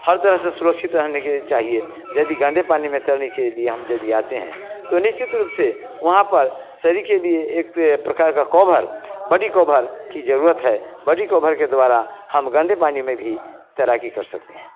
हर तरह से सुरक्षित रहने चाहिए यदि गंदे पानी में तैरने के लिए हम यदी आते हैं तो निश्चित रूप से वहाँ पर शरीर के लिए एक प्रकार का कोभर बड़ी कोभर की ज़रूरत है बड़ी कोभर के द्वारा हम गंदे पानी में भी तैराकी कर सकते हैं